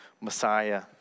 Messiah